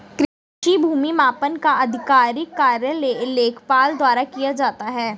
कृषि भूमि मापन का आधिकारिक कार्य लेखपाल द्वारा किया जाता है